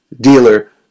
dealer